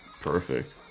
Perfect